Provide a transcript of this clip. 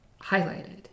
highlighted